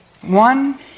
One